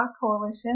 Coalition